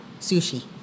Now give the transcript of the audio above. Sushi